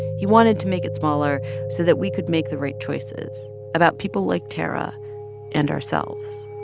he wanted to make it smaller so that we could make the right choices about people like tarra and ourselves